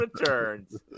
returns